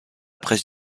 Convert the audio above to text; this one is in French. presse